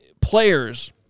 players